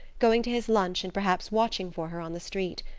going to his lunch, and perhaps watching for her on the street.